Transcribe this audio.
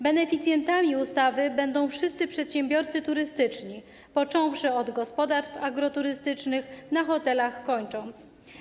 Beneficjentami ustawy będą wszyscy przedsiębiorcy turystyczni, począwszy od gospodarstw agroturystycznych, na hotelach kończąc.